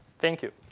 thank you.